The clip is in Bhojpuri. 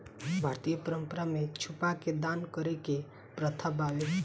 भारतीय परंपरा में छुपा के दान करे के प्रथा बावे